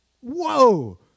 whoa